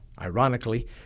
Ironically